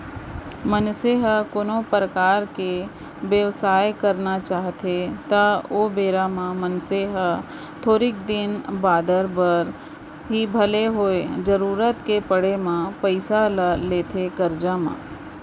मनसे ह कोनो परकार के बेवसाय करना चाहथे त ओ बेरा म मनसे ह थोरिक दिन बादर बर ही भले होवय जरुरत के पड़े म पइसा ल लेथे करजा म